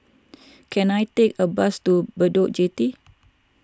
can I take a bus to Bedok Jetty